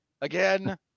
again